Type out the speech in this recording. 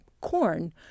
corn